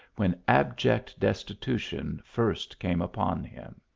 when abject des titution first came upon him.